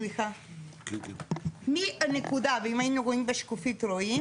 סליחה מהנקודה ואם היינו רואים בשקופית רואים